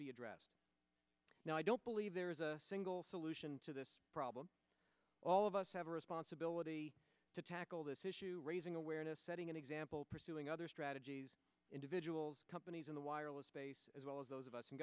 be addressed now i don't believe there is a single solution to this problem all of us have a responsibility to tackle this issue raising awareness setting an example pursuing other strategies individuals companies in the wireless space as well as those of us in